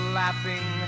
laughing